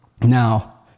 now